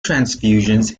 transfusions